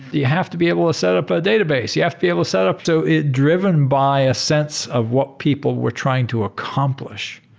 you have to be able to set up a database. you have to be able set up so driven by a sense of what people were trying to accomplish.